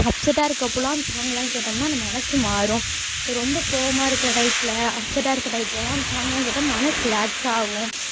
அப்செட்டாக இருக்கப்போதுலாம் சாங்லாம் கேட்டம்னா அந்த மனசு மாறும் ரொம்ப கோவமாக இருக்கிற டயத்தில் அப்செட்டாக இருக்கிற டயத்துலலாம் அந்த சாங்லாம் கேட்டால் மனசு ரிலாக்ஸ் ஆகும்